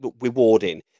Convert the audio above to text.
rewarding